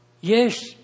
Yes